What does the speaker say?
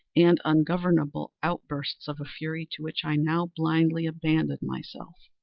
and ungovernable outbursts of a fury to which i now blindly abandoned myself,